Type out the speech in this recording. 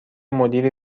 مدیری